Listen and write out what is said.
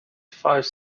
five